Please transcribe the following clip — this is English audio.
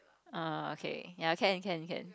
ah okay ya can can can